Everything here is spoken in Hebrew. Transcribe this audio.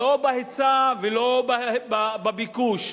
לא בהיצע ולא בביקוש,